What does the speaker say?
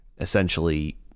essentially